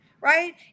right